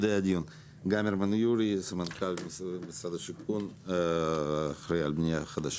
אני סמנכ"ל משרד השיכון, אחראי על בנייה חדשה.